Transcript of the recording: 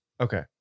Okay